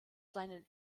seinen